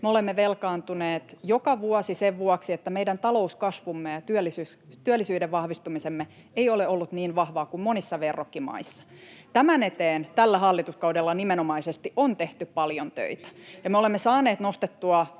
olemme velkaantuneet joka vuosi sen vuoksi, että meidän talouskasvumme ja työllisyytemme vahvistuminen ei ole ollut niin vahvaa kuin monissa verrokkimaissa. Tämän eteen tällä hallituskaudella nimenomaisesti on tehty paljon töitä, [Kai Mykkänen: